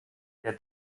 der